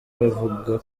bavuga